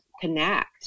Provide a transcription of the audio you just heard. connect